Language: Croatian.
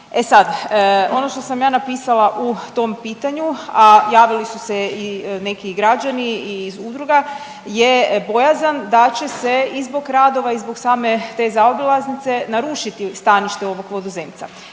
E sad, ono što sam ja napisala u tom pitanju, a javili su se i neki građani iz udruga je bojazan da će se i zbog radova i zbog same te zaobilaznice narušiti stanište ovog vodozemca.